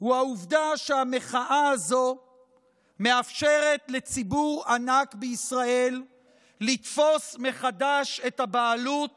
הוא העובדה שהמחאה הזאת מאפשרת לציבור ענק בישראל לתפוס מחדש את הבעלות